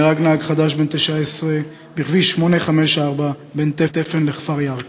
נהרג נהג חדש בן 19 בכביש 854 בין תפן לכפר ירכא,